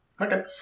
Okay